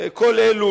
כל אלו,